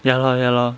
ya lor ya lor